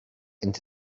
into